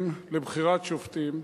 לבחירת שופטים,